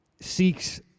seeks